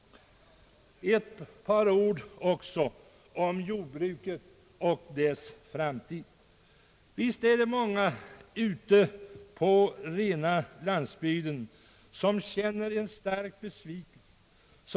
Jag vill också säga några ord om jordbruket och dess framtid. Visst är det många ute på rena landsbygden som känner en stark besvikelse.